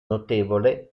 notevole